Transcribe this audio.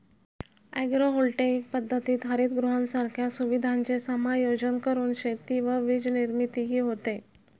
agrovoltaic पद्धतीत हरितगृहांसारख्या सुविधांचे समायोजन करून शेती व वीजनिर्मितीही होते